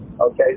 okay